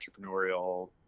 entrepreneurial